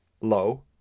low